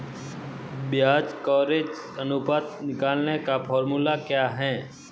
ब्याज कवरेज अनुपात निकालने का फॉर्मूला क्या है?